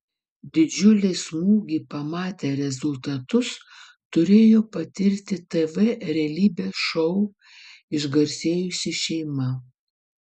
didžiulį smūgį pamatę rezultatus turėjo patirti tv realybės šou išgarsėjusi šeima